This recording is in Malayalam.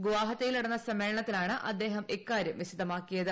ഗുവാഹത്തിയിൽ നടന്ന സമ്മേളനത്തിലാണ് അദ്ദേഹം ഇക്കാര്യം വൃക്തമാക്കിയത്